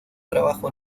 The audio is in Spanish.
trabajo